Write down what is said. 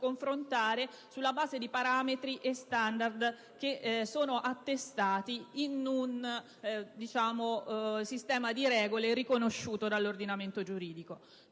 sulla base di parametri e standard che sono attestati in un sistema di regole, riconosciuto dall'ordinamento giuridico.